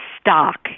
stock